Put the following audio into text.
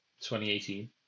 2018